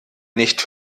nicht